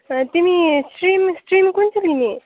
तिमी stream stream कुन चाहिँ लिने